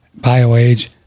BioAge